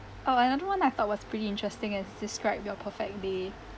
oh another one I thought was pretty interesting is describe your perfect day